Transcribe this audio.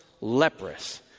leprous